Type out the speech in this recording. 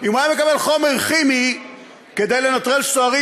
אם היה מקבל חומר כימי כדי לנטרל סוהרים